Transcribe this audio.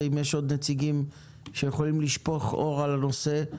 אם יש עוד נציגים שיכולים לשפוך אור על הנושא.